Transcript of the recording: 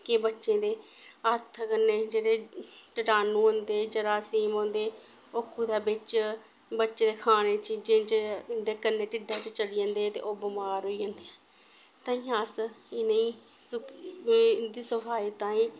कि बच्चें दे हत्थ कन्नै जेह्ड़े किटाणु होंदे जरासीम होंदे ओह् कुदै बिच्च बच्चे दे खाने चीजें च इं'दे कन्नै ढिड्डा च चली जंदे ते ओह् बमार होई जंदे ताईं अस इ'नेंगी इं'दी सफाई ताईं